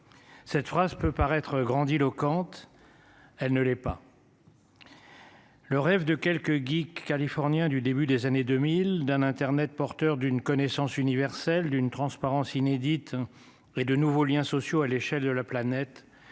Cette phrase peut paraître grandiloquente. Elle ne l'est pas. Le rêve de quelques Guy californien du début des années 2000, d'un Internet, porteur d'une connaissance universelle d'une transparence inédite. Et de nouveaux Liens sociaux à l'échelle de la planète